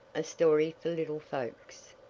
a story for little folks.